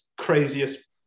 craziest